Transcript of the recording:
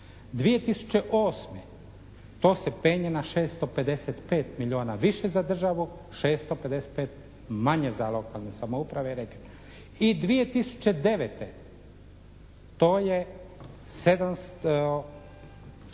2008. to se penje na 655 milijuna više za državu, 655 manje za lokalne samouprave i regionalne.